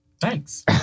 Thanks